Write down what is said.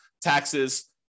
taxes